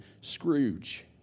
Scrooge